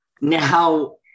Now